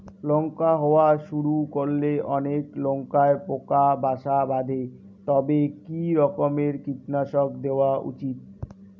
লঙ্কা হওয়া শুরু করলে অনেক লঙ্কায় পোকা বাসা বাঁধে তবে কি রকমের কীটনাশক দেওয়া উচিৎ?